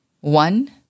One